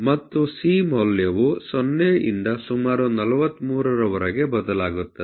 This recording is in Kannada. ಮತ್ತು c ಮೌಲ್ಯವು 0 ರಿಂದ ಸುಮಾರು 43 ರವರೆಗೆ ಬದಲಾಗುತ್ತದೆ